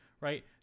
right